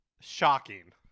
shocking